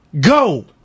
go